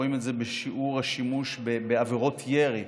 רואים את זה בשיעור השימוש בעבירות ירי,